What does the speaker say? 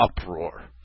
uproar